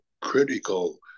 critical